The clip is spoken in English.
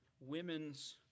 Women's